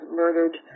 murdered